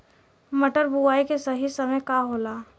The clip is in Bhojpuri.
मटर बुआई के सही समय का होला?